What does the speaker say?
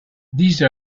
these